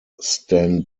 stan